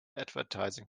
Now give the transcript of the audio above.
advertising